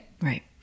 Right